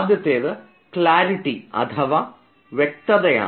ആദ്യത്തെ ക്ലാരിറ്റി അഥവാ വ്യക്തതയാണ്